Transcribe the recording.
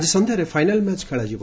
ଆକି ସନ୍ଧ୍ୟାରେ final match ଖେଳାଯିବ